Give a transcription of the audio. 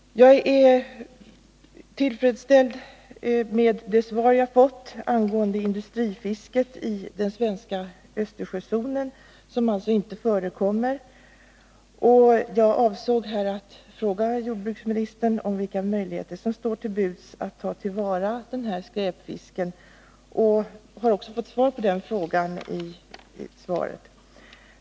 Jag är tillfredsställd med det svar jag fått angående industrifiske i den svenska Östersjözonen, vilket nu alltså inte förekommer. Jag avsåg också att fråga jordbruksministern vilka möjligheter som står till buds att ta till vara den s.k. skräpfisken. På den frågan har jag också fått svar.